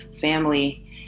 family